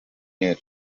year